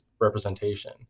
representation